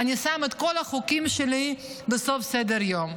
אני שם את כל החוקים שלי בסוף סדר-היום.